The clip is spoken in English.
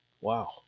Wow